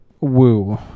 Woo